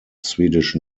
swedish